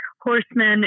horsemen